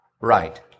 right